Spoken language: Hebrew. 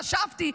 חשבתי,